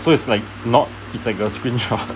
so it's like not it's like a screen shot